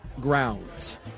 grounds